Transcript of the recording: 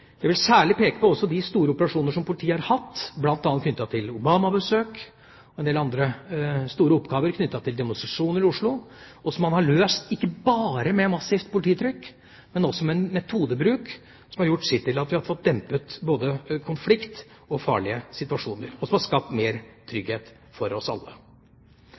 Jeg vil særlig peke på de store operasjonene politiet har hatt, bl.a. knyttet til Obamas besøk og en del andre store oppgaver knyttet til demonstrasjoner i Oslo, og som man ikke bare har løst med massivt polititrykk, men også med metodebruk. Det har gjort sitt til at vi har fått dempet både konflikter og farlige situasjoner, og det har skapt mer trygghet for oss alle.